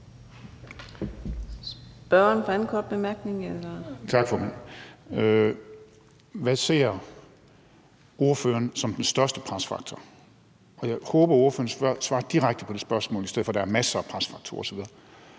Hvad ser ordføreren som den største presfaktor? Og jeg vil bede ordføreren svare direkte på det spørgsmål i stedet for at sige, at der er masser af presfaktorer osv.